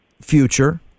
future